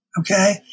Okay